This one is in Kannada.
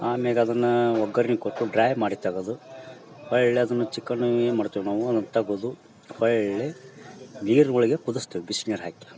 ಆಮೇಗೆ ಅದನ್ನ ಒಗ್ಗರನಿ ಕೊಟ್ಟು ಡ್ರೈ ಮಾಡಿ ತಗದು ಹೊಳ್ಳಿ ಅದನ್ನು ಚಿಕನ್ನು ಏನ್ಮಾಡ್ತೇವಿ ನಾವೂ ತಗದು ಹೊಳ್ಳಿ ನೀರು ಒಳಗೆ ಕುದ್ಸ್ತಿವಿ ಬಿಸ್ನೀರು ಹಾಕಿ